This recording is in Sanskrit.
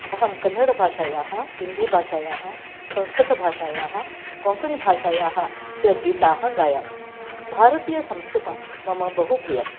अहं कन्नडभाषायाः हुन्दीभाषायाः संस्कृतभाषायाः कोङ्कणीभाषायाः च गीताः गायामि भारतीयसंस्कृतं मम बहुप्रियम्